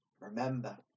Remember